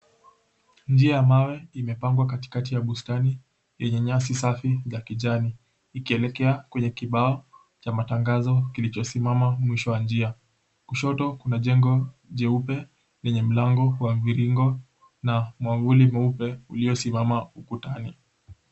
Njia ya mawe imepangwa katikati ya bustani yenye nyasi safi za kijani, ikielekea kwenye kibao cha matangazo kilichosimama mwisho wa njia. Kushoto kuna jengo jeupe lenye mlango wa mviringo na mwavuli mweupe uliosimama ukutani.